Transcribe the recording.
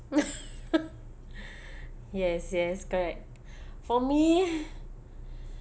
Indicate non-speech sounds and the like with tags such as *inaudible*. *laughs* *breath* yes yes correct for me